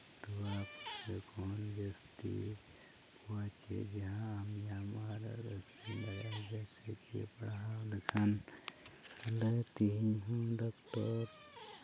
ᱡᱟᱹᱥᱛᱤ ᱡᱟᱦᱟᱸ ᱟᱢᱮᱢ ᱡᱮᱭᱥᱮ ᱠᱤ ᱯᱟᱲᱦᱟᱣ ᱞᱮᱠᱷᱟᱱ ᱛᱮᱦᱤᱧ ᱦᱚᱸ ᱰᱚᱠᱴᱚᱨ